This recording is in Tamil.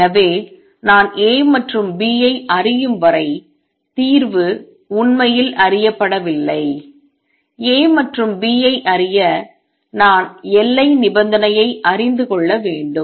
எனவே நான் A மற்றும் B ஐ அறியும் வரை தீர்வு உண்மையில் அறியப்படவில்லை A மற்றும் B ஐ அறிய நான் எல்லை நிபந்தனையை அறிந்து கொள்ள வேண்டும்